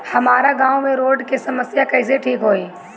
हमारा गाँव मे रोड के समस्या कइसे ठीक होई?